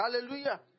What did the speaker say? Hallelujah